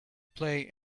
play